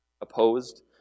opposed